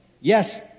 Yes